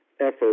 effort